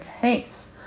case